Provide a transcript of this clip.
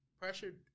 pressured